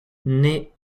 naît